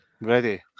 Ready